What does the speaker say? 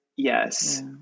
yes